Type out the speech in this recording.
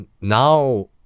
now